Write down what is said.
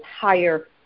higher